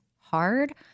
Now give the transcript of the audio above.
hard